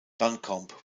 duncombe